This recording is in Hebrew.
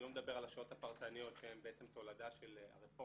אני לא מדבר על השעות הפרטניות שהן בעצם תולדה של הרפורמות,